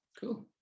cool